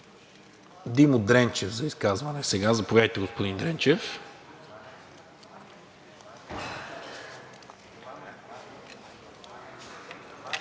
Димо Дренчев за изказване сега. Заповядайте, господин Дренчев.